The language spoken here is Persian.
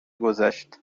گذشت